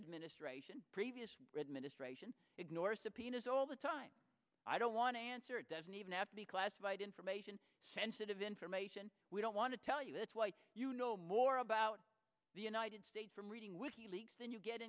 administration ignore subpoenas all the time i don't want to answer it doesn't even have to be classified information sensitive information we don't want to tell you it's white you know more about the united states from reading wiki leaks than you get